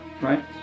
right